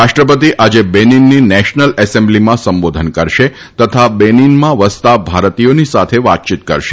રાષ્ટ્રપતિ આજે બેનીનની નેશનલ એસેમ્બલીમાં સંબોધન કરશે તથા બેનીનમાં વસતા ભારતીયોની સાથે વાતચીત કરશે